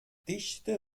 dichte